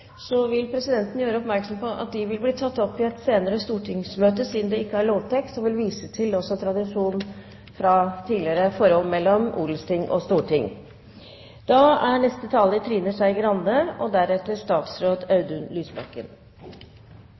vil presidenten gjøre oppmerksom på at de vil bli tatt opp i et senere stortingsmøte, siden de ikke har lovtekst, og vil også vise til tradisjonen fra tidligere forhold mellom odelsting og storting. Jeg må si at jeg syns adopsjon er